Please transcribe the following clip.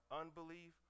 unbelief